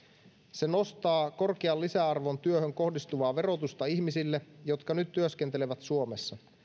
se nostaa korkean lisäarvon työhön kohdistuvaa verotusta ihmisille jotka nyt työskentelevät suomessa